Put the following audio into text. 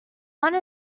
one